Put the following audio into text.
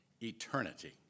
eternity